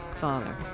father